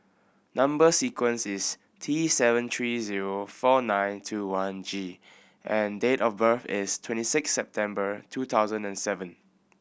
number sequence is T seven three zero four nine two one G and date of birth is twenty six September two thousand and seven